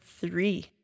three